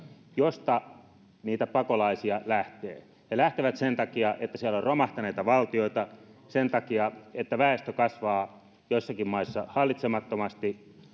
joista niitä pakolaisia lähtee he lähtevät sen takia että siellä on romahtaneita valtioita sen takia että väestö kasvaa joissakin maissa hallitsemattomasti